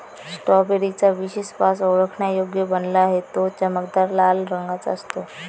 strawberry चा विशेष वास ओळखण्यायोग्य बनला आहे, तो चमकदार लाल रंगाचा असतो